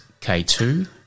K2